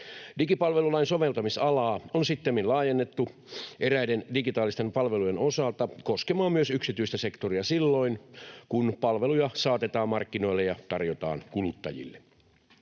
Digipalvelulain soveltamisalaa on sittemmin laajennettu eräiden digitaalisten palvelujen osalta koskemaan myös yksityistä sektoria silloin kun palveluja saatetaan markkinoille ja tarjotaan kuluttajille.